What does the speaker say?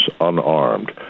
unarmed